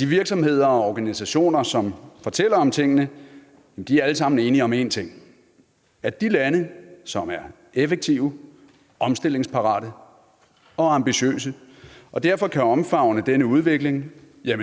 de virksomheder og organisationer, som fortæller om tingene, er alle sammen enige om én ting, nemlig at de lande, som er effektive, omstillingsparate og ambitiøse og derfor kan omfavne den udvikling,